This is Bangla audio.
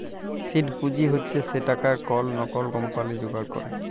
সিড পুঁজি হছে সে টাকাট কল লকাল কম্পালি যোগাড় ক্যরে